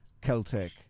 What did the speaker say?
Celtic